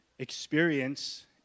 Experience